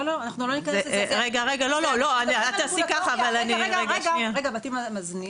הבתים המאזנים